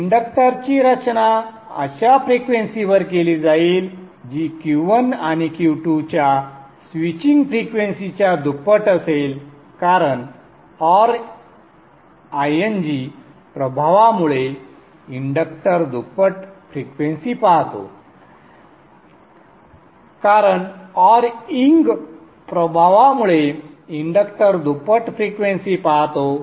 इंडक्टरची रचना अशा फ्रिक्वेंसीवर केली जाईल जी Q1 आणि Q2 च्या स्विचिंग फ्रिक्वेंसीच्या दुप्पट असेल कारण or ing प्रभावामुळे इंडक्टर दुप्पट फ्रिक्वेंसी पाहतो